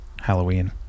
halloween